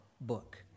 book